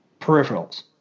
peripherals